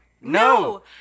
No